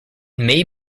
may